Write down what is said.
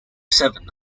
seven